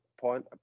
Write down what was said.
point